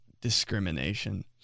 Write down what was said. discrimination